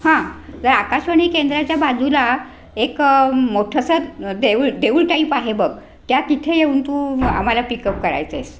हां तर आकाशवाणी केंद्राच्या बाजूला एकं मोठंसं देऊ देऊळ टाईप आहे बघ त्या तिथे येऊन तू आम्हाला पिकअप करायचं आहेस